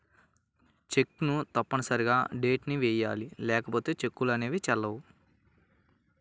చెక్కును తప్పనిసరిగా డేట్ ని వెయ్యాలి లేకపోతే చెక్కులు అనేవి చెల్లవు